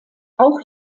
auch